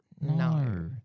No